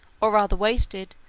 or rather wasted,